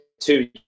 two